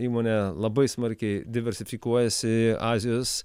įmonė labai smarkiai diversifikuojasi azijos